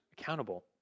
accountable